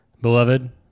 Beloved